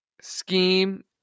Scheme